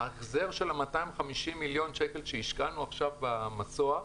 ההחזר של ה-250 מיליון שקל שהשקענו עכשיו במסוע,